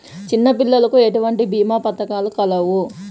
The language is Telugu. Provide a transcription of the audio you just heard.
చిన్నపిల్లలకు ఎటువంటి భీమా పథకాలు కలవు?